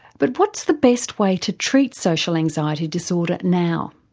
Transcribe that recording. but what's the best way to treat social anxiety disorder now?